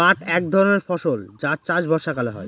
পাট এক ধরনের ফসল যার চাষ বর্ষাকালে হয়